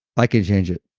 i can change it,